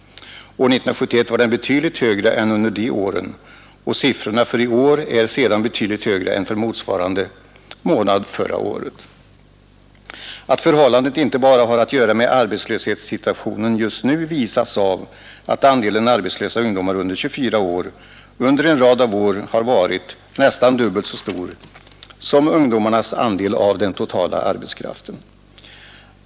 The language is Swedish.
Är 1971 var den betydligt högre än under de åren, och siffrorna för i år är betydligt högre än för motsvarande månad förra året. Att det förhållandet inte bara har att göra med arbetslöshetssituationen just nu framgår av att andelen arbetslösa ungdomar under 24 år nu länge varit nästan dubbelt så stor som ungdomarnas andel av den totala arbetskraften.